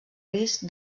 risc